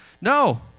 No